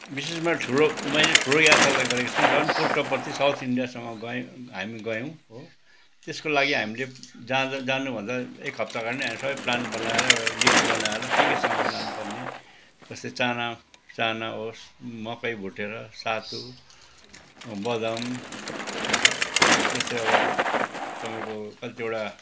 विशेष मैले ठुलो मैले ठुलो यात्रा त गरेको छुइनँ र पनि पुट्टपर्ती साउथ इन्डियासम्म गएँ हामी गयौँ हो त्यसको लागि हामीले जा जानु भन्दा एक हप्ता अगाडि नै सबै प्लान बनाएर एउटा लिस्ट बनाएर के के सामान लानु पर्ने जस्तै चाना चाना होस् मकै भुटेर सातु बदाम त्यस्तै अब तपाईँको कतिवटा